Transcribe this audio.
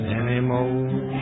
anymore